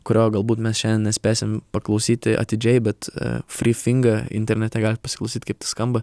kurio galbūt mes šiandien nespėsim paklausyti atidžiai bet frį finga internete galit pasiklausyt kaip tai skamba